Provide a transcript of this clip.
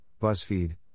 Buzzfeed